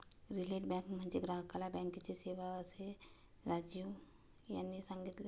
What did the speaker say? retail bank म्हणजे ग्राहकाला बँकेची सेवा, असे राजीव यांनी सांगितले